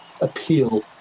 appeal